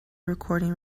recording